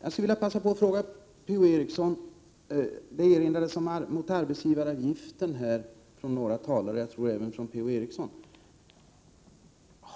Jag skulle vilja passa på att ställa en fråga till Per-Ola Eriksson. Några talare, och jag tror även Per-Ola Eriksson, förde arbetsgivaravgiften på tal.